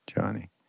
Johnny